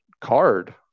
card